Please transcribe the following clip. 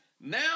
Now